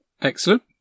Excellent